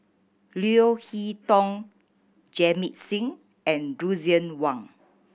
Leo Hee Tong Jamit Singh and Lucien Wang